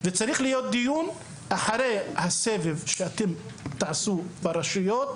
זה יהיה אחרי הסבב שאתם תעשו ברשויות,